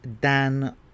dan